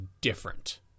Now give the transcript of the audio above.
different